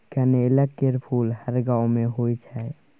कनेलक केर फुल हर गांव मे होइ छै